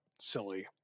Silly